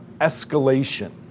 escalation